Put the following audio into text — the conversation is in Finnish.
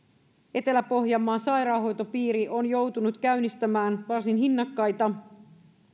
etelä pohjanmaan sairaanhoitopiiri on joutunut käynnistämään varsin hinnakkaita